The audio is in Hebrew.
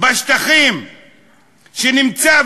בשטחים שנמצא,